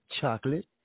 chocolate